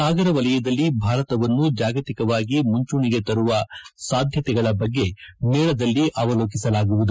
ಸಾಗರ ವಲಯದಲ್ಲಿ ಭಾರತವನ್ನು ಜಾಗತಿಕವಾಗಿ ಮುಂಚೂಣಿಗೆ ತರುವ ಸಾಧ್ಯತೆಗಳ ಬಗ್ಗೆ ಮೇಳದಲ್ಲಿ ಅವಲೋಕಿಸಲಾಗುವುದು